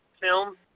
film